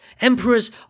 Emperors